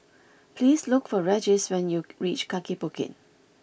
please look for Regis when you reach Kaki Bukit